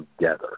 together